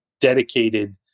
dedicated